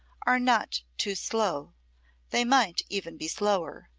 are not too slow they might even be slower.